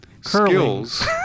skills